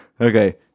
Okay